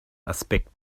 aspekt